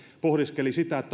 pohdiskeli sitä